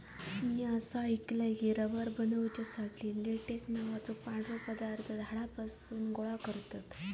म्या असा ऐकलय की, रबर बनवुसाठी लेटेक्स नावाचो पांढरो पदार्थ झाडांपासून गोळा करतत